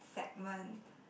segment